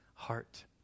heart